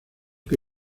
que